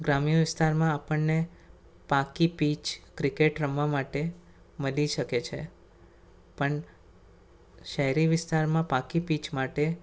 ગ્રામ્ય વિસ્તારમાં આપણને પાકી પિચ ક્રિકેટ રમવા માટે મળી શકે છે પણ શહેરી વિસ્તારમાં પાકી પિચ માટે